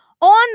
on